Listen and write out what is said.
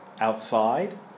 outside